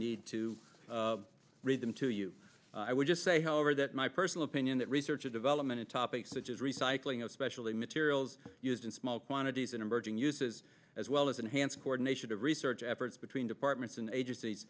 need to read them to you i would just say however that my personal opinion that research and development of topics such as recycling especially materials used in small quantities in emerging uses as well as enhanced coordination of research efforts between departments and agencies